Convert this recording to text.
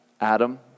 Adam